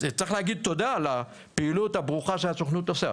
צריך להגיד תודה על הפעילות הברוכה שהסוכנות עושה.